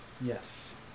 Yes